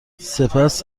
سپس